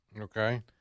Okay